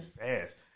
fast